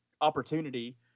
opportunity